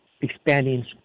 expanding